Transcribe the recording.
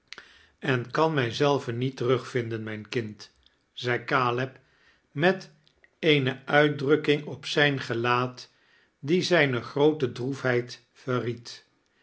en ban mij zelven niet terugviaden mijn kind zei caleb met eene uitdrukking op zijn gelaat die zijnegroote